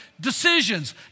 decisions